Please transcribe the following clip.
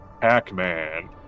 Pac-Man